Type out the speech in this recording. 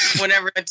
Whenever